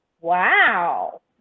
Wow